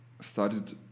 started